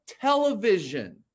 television